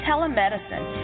Telemedicine